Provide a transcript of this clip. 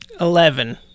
Eleven